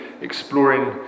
exploring